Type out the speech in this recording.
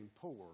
poor